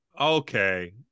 Okay